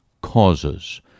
causes